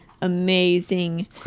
amazing